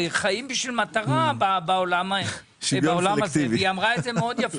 הרי בעולם הזה חיים עבור מטרה והיא אמרה את זה מאוד יפה.